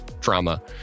drama